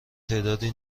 تعدادی